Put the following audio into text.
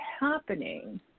happening